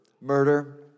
murder